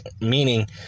meaning